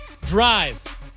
drive